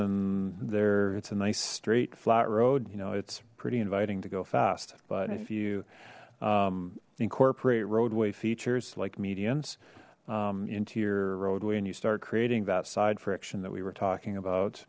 and they're it's a nice straight flat road you know it's pretty inviting to go fast but if you incorporate roadway features like medians into your roadway and you start creating that side friction that we were talking about